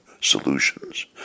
solutions